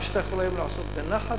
מה שאתה יכול היום לעשות בנחת,